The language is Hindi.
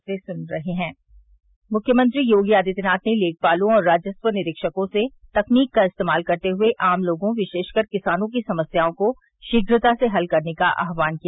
से से भी में भी भी मुख्यमंत्री योगी आदित्यनाथ ने लेखपालो और राजस्व निरीक्षकों से तकनीक का इस्तेमाल करते हुए आम लोगों विशेष कर किसानों की समस्याओं को शीघ्रता से हल करने का आह्वान किया